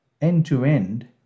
end-to-end